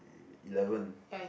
eleven